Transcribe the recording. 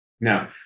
Now